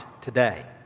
today